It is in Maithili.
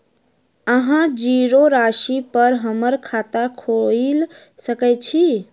अहाँ जीरो राशि पर हम्मर खाता खोइल सकै छी?